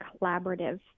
collaborative